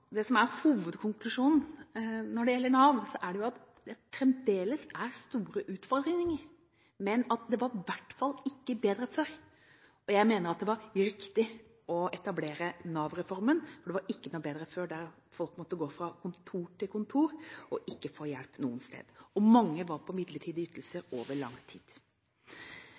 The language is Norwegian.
det som er hovedkonklusjonen når det gjelder Nav, er det at det fremdeles er store utfordringer, men at det i hvert fall ikke var bedre før. Jeg mener at det var riktig å etablere Nav-reformen, for det var ikke noe bedre før, da folk måtte gå fra kontor til kontor og ikke få hjelp noe sted. Og mange var på midlertidige ytelser over lang tid.